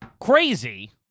Crazy